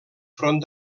front